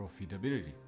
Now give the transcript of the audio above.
profitability